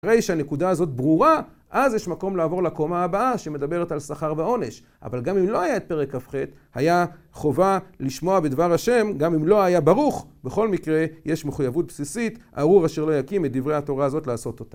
אחרי שהנקודה הזאת ברורה, אז יש מקום לעבור לקומה הבאה שמדברת על שכר ועונש. אבל גם אם לא היה את פרק אף כח', היה חובה לשמוע בדבר ה' גם אם לא היה ברוך, בכל מקרה יש מחויבות בסיסית, ארור אשר לא יקים את דברי התורה הזאת לעשות אותה.